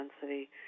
density